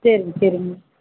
சரிங்க சரிங்க